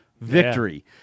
victory